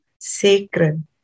sacred